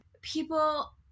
People